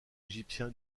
égyptien